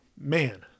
man